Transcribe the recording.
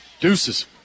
Deuces